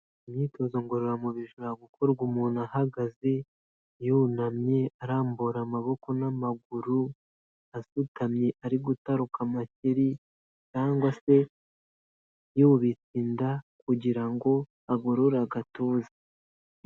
Imyitozo ngororamubiri ishobora gukorwa umuntu ahagaze, yunamye, arambura amaboko n'amaguru, asutamye ,ari gutaruka makeri cyangwa se yubitse inda kugira ngo agorore agatuza.